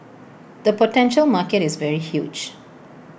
the potential market is very huge